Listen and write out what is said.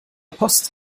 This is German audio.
post